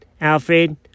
Alfred